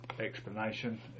explanation